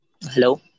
Hello